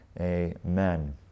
Amen